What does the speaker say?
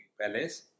palace